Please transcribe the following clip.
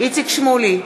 איציק שמולי,